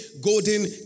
golden